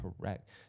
correct